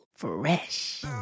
Fresh